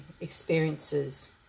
experiences